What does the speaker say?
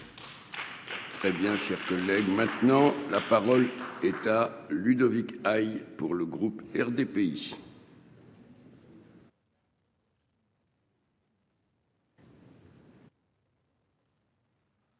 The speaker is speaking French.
Eh bien, chers collègues, maintenant la parole est à. Ludovic aïe pour le groupe RDPI.